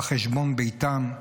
על חשבון ביתם,